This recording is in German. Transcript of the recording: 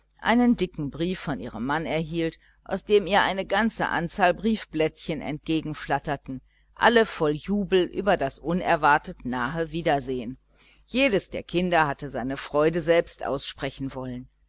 einen dicken brief von ihrem mann erhielt aus dem ihr eine ganze anzahl briefblättchen entgegen flatterten alle voll jubel über das unerwartet nahe wiedersehen jedes der kinder hatte seine freude selbst aussprechen wollen